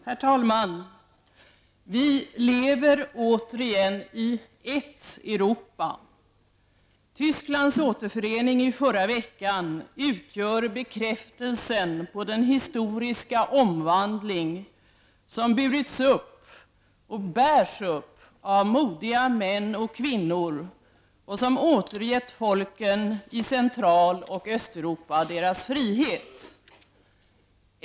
Herr talman! Vi lever återigen i ett Europa. Tysklands återförening i förra veckan utgör bekräftelsen på den historiska omvandling som burits upp och bärs upp av modiga män och kvinnor och som återgett folken i Central och Östeuropa deras frihet.